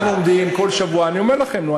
אנחנו עומדים כל שבוע, אני אומר לכם, נו.